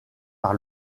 par